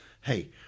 Hey